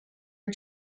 are